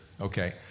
Okay